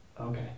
Okay